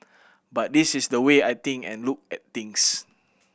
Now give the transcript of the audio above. but this is the way I think and look at things